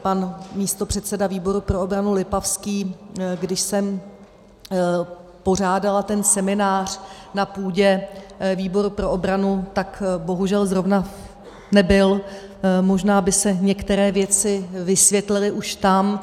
Pan místopředseda výboru pro obranu Lipavský, když jsem pořádala seminář na půdě výboru pro obranu, tak bohužel zrovna nebyl, možná by se některé věci vysvětlily už tam.